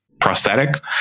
prosthetic